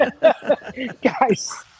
Guys